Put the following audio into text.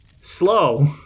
slow